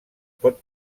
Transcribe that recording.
pot